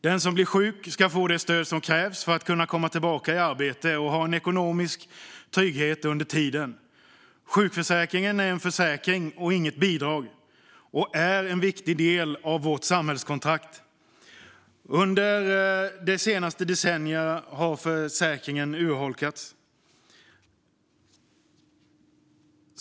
Den som blir sjuk ska få det stöd som krävs för att kunna komma tillbaka i arbete och ha en ekonomisk trygghet under tiden. Sjukförsäkringen är en försäkring, inget bidrag, och är en viktig del av vårt samhällskontrakt. Under de senaste decennierna har försäkringen urholkats.